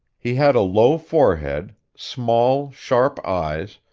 he had a low forehead, small, sharp eyes,